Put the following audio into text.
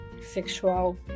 sexual